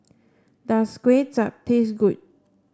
does Kway Chap taste good